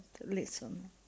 listen